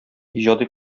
иҗади